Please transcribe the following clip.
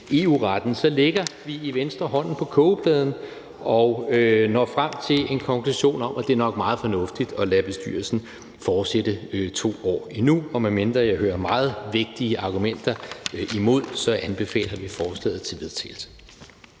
EU-retten, så lægger vi i Venstre hånden på kogepladen og når frem til en konklusion om, at det nok er meget fornuftigt at lade bestyrelsen fortsætte 2 år endnu, og medmindre jeg hører meget vigtige argumenter imod, anbefaler vi forslaget til vedtagelse.